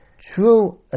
true